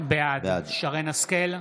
בעד שרן השכל,